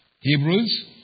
Hebrews